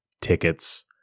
Tickets